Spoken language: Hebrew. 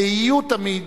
ויהיו תמיד,